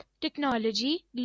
technology